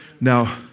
Now